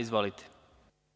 Izvolite.